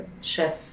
chef